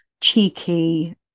cheeky